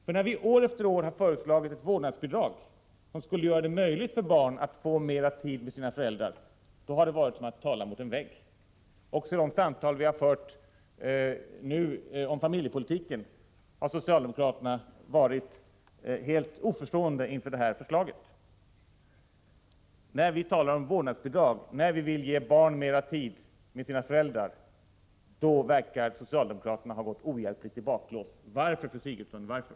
För när vi år efter år har föreslagit ett vårdnadsbidrag som skulle göra det möjligt för barn att få mer tid tillsammans med sina föräldrar, har det varit som att tala med en vägg. Också ide samtal som nu har förts om familjepolitiken har socialdemokraterna varit helt oförstående inför den tanken. När vi talar om vårdnadsbidrag, när vi vill ge barn mera tid tillsammans med sina föräldrar, då verkar socialdemokraterna ha gått ohjälpligt i baklås. Varför, fru Sigurdsen, varför?